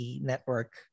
network